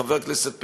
חבר הכנסת פרי,